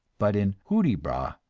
but in hudibras,